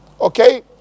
okay